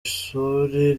ishuri